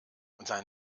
sein